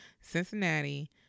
Cincinnati